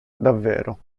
davvero